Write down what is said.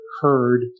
heard